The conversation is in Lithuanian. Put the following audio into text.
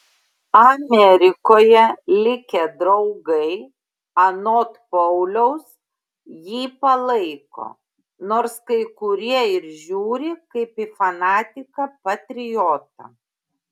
amerikoje likę draugai anot pauliaus jį palaiko nors kai kurie ir žiūri kaip į fanatiką patriotą